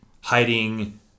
hiding